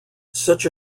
such